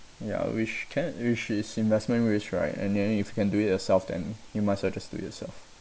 ya which can which is investment ways right and then if you can do it yourself then you might as well do it yourself